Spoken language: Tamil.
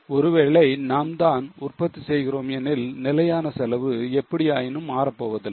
ஒருவேளை நாம் தான் உற்பத்தி செய்கிறோம் எனில் நிலையான செலவு எப்படியாயினும் மாறப்போவதில்லை